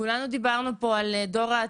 כולנו דיברנו פה על דור העתיד,